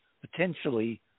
potentially